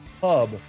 pub